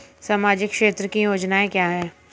सामाजिक क्षेत्र की योजनाएं क्या हैं?